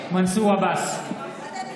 (קורא בשמות חברי הכנסת) מנסור עבאס,